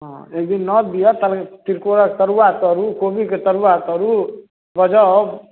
हॅं एक दिन नौत दिअ तऽ तिलकोरक तरुआ तरू कोबी के तरुआ तरू बजाउ